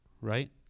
Right